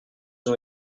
ont